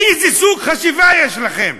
איזה סוג חשיבה יש לכם?